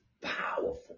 powerful